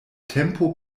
tempo